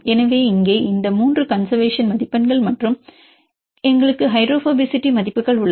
எனவே இங்கே இந்த 3 கன்செர்வேசன் மதிப்பெண்கள் மற்றும் இங்கே எங்களுக்கு ஹைட்ரோபோபசிட்டி மதிப்புகள் உள்ளன